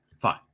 Fine